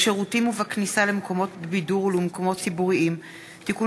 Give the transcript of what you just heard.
בשירותים ובכניסה למקומות בידור ולמקומות ציבוריים (תיקון